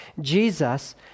Jesus